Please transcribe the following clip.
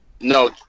No